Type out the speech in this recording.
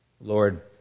Lord